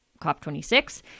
COP26